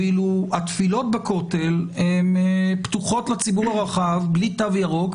ואילו התפילות בכותל פתוחות לציבור הרחב בלי תו ירוק.